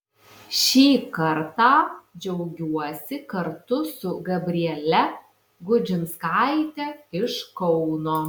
šį kartą džiaugiuosi kartu su gabriele gudžinskaite iš kauno